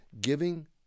giving